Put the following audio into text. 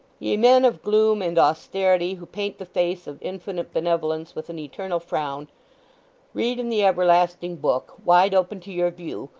ye men of gloom and austerity, who paint the face of infinite benevolence with an eternal frown read in the everlasting book, wide open to your view,